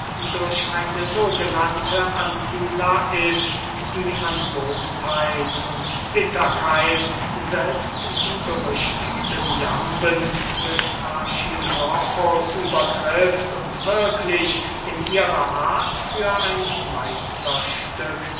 durch eine sogenannte anti lais die an bosheit und bitterkeit selbst die berüchtigten jamben des archilochus übertrifft und wirklich in ihrer art für ein meisterstück